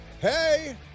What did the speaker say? Hey